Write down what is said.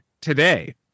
today